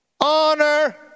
Honor